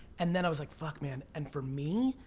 and then i was like, fuck man. and for me?